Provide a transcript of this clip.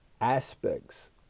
aspects